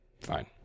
Fine